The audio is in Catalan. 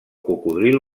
cocodril